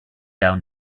down